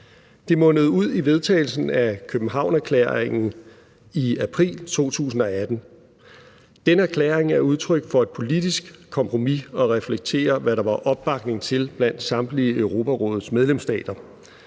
Det mundede ud i vedtagelsen af Københavnerklæringen i april 2018. Denne erklæring er udtryk for et politisk kompromis og reflekterer, hvad der var opbakning til blandt samtlige Europarådets medlemsstater.